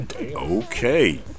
Okay